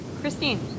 Christine